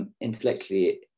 Intellectually